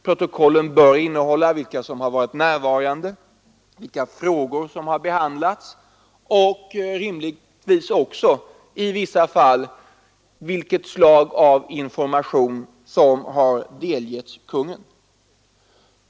Protokollen bör innehålla uppgift om vilka som har varit närvarande, vilka frågor som har behandlats och rimligtvis också i vissa fall vilket slag av information som har delgetts konungen.